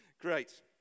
Great